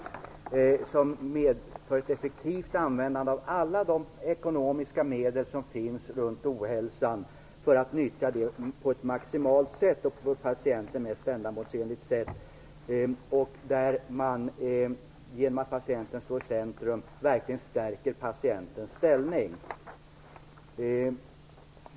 Det medför ett effektivt användande av alla de ekonomiska medel som finns runt ohälsan för att nyttja detta på ett maximalt sätt och på det för patienten mest ändamålsenliga sättet. Genom att patienten står i centrum stärker man verkligen patientens ställning.